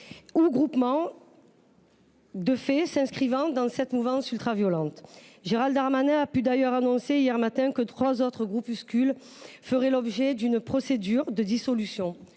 ou groupements de fait s’inscrivant dans cette mouvance ultraviolente. Gérald Darmanin a pu d’ailleurs annoncer hier matin que trois autres groupuscules feraient l’objet d’une procédure de dissolution.